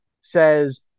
says